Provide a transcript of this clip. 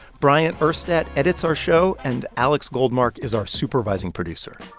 bryant urstadt edits our show, and alex goldmark is our supervising producer